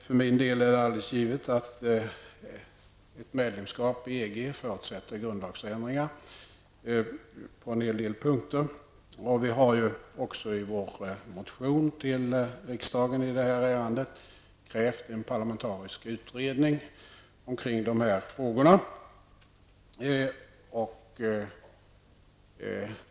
För min del är det alldeles givit att ett medlemskap i EG förutsätter grundlagsändringar på en hel del punkter. Vi har också i vår motion till riksdagen i detta ärende krävt en parlamentarisk utredning omkring dessa frågor.